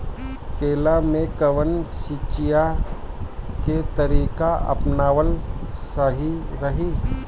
केला में कवन सिचीया के तरिका अपनावल सही रही?